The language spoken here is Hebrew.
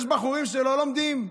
יש בחורים שלא לומדים,